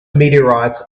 meteorites